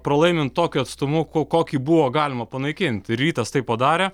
pralaimint tokiu atstumu ko kokį buvo galima panaikint ir rytas tai padarė